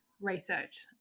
research